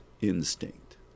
instinct